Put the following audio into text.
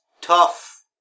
tough